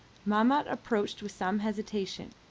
mahmat approached with some hesitation.